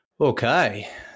Okay